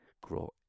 grow